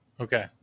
okay